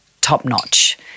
top-notch